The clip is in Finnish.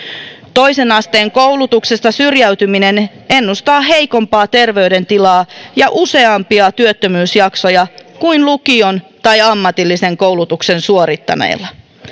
toisen asteen koulutuksesta syrjäytyminen ennustaa heikompaa terveydentilaa ja useampia työttömyysjaksoja kuin lukion tai ammatillisen koulutuksen suorittaneilla